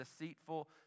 deceitful